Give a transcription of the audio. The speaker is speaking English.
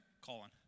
Colin